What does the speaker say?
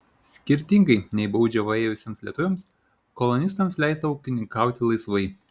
skirtingai nei baudžiavą ėjusiems lietuviams kolonistams leista ūkininkauti laisvai